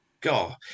god